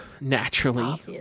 naturally